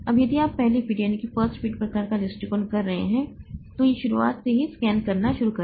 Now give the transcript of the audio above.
अब यदि आप पहले फिट प्रकार का दृष्टिकोण कर रहे हैं तो यह शुरुआत से ही स्कैन करना शुरू कर देगा